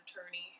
attorney